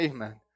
Amen